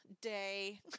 day